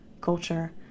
culture